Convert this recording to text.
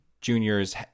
juniors